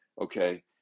Okay